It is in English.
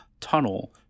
tunnel